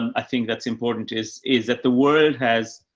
i think that's important is, is that the world has,